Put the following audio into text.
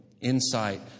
insight